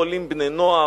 עולים בני-נוער,